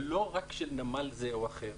ולא רק של נמל זה או אחר.